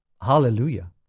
Hallelujah